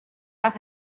las